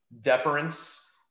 deference